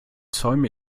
zäume